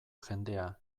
jendea